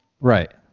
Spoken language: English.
Right